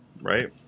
Right